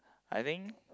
I think